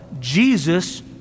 Jesus